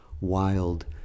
Wild